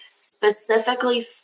specifically